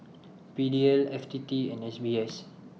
P D L F T T and S B S